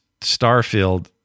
Starfield